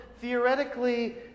theoretically